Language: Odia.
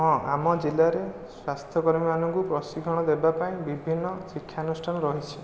ହଁ ଆମ ଜିଲ୍ଲାରେ ସ୍ଵାସ୍ଥ୍ୟକର୍ମୀମାନଙ୍କୁ ପ୍ରଶିକ୍ଷଣ ଦେବାପାଇଁ ବିଭିନ୍ନ ଶିକ୍ଷାନୁଷ୍ଠାନ ରହିଛି